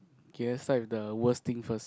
okay let's start with the worst thing first